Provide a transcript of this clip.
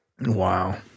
wow